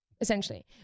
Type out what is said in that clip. essentially